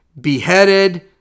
beheaded